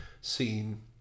scene